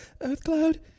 Earthcloud